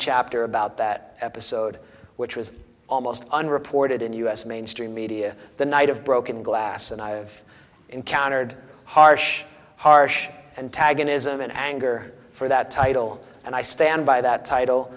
chapter about that episode which was almost unreported in the us mainstream media the night of broken glass and i have encountered harsh harsh and tag an ism in anger for that title and i stand by that title